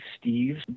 Steve